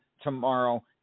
tomorrow